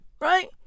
right